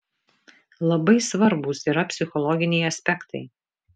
labai svarbūs yra psichologiniai aspektai